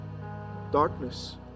darkness